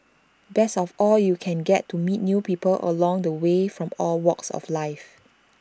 best of all you can get to meet new people along the way from all walks of life